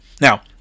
Now